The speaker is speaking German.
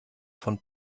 von